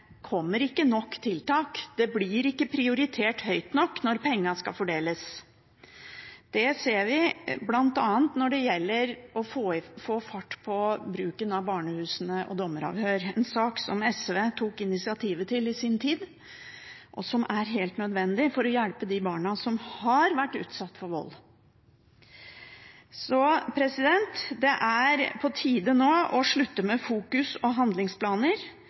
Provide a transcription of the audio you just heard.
kommer ikke nok tiltak. Det blir ikke prioritert høyt nok når pengene skal fordeles. Det ser vi bl.a. når det gjelder å få fart på bruken av barnehusene og dommeravhør, en sak som SV tok initiativet til i sin tid, og som er helt nødvendig for å hjelpe de barna som har vært utsatt for vold. Så det er på tide å slutte med fokus og handlingsplaner,